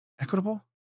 equitable